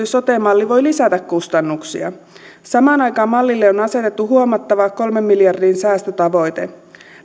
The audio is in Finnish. sote malli voi lisätä kustannuksia samaan aikaan mallille on asetettu huomattava kolmen miljardin säästötavoite